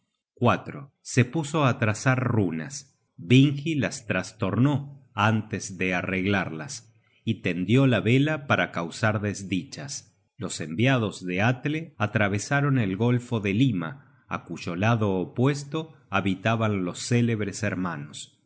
se puso á trazar runas vingi las trastornó antes de arreglarlas y tendió la vela para causar desdichas los enviados de atle atravesaron el golfo de lima á cuyo lado opuesto habitaban los célebres hermanos